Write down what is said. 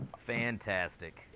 Fantastic